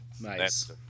Nice